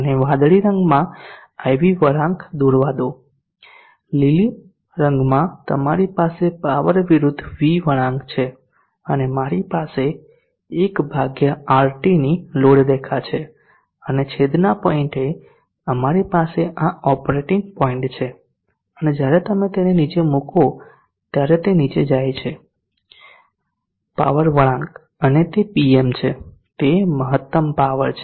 મને વાદળી રંગમાં IV વળાંક દોરવા દો લીલી રંગમાં તમારી પાસે પાવર વિરુદ્ધ V વળાંક છે અને મારી પાસે 1 RT ની લોડ રેખા છે અને છેદના પોઇન્ટએ અમારી પાસે આ ઓપરેટિંગ પોઇન્ટ છે અને જ્યારે તમે તેને નીચે મૂકો ત્યારે તે નીચે જાય છે પાવર વળાંક અને તે Pm છે જે મહત્તમ પાવર છે